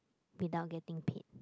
without getting paid